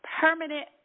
permanent